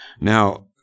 now